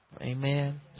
Amen